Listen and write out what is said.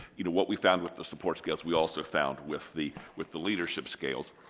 you know, what we found with the supports scales we also found with the with the leadership scales.